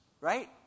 right